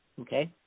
okay